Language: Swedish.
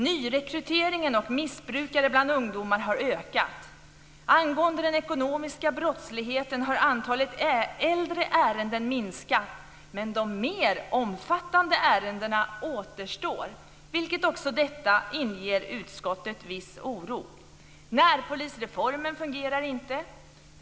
Nyrekryteringen av missbrukare bland ungdomar har ökat. Angående den ekonomiska brottsligheten har antalet äldre ärenden minskat, men de mer omfattande ärendena återstår, vilket också detta "inger utskottet viss oro".